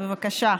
בבקשה.